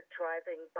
driving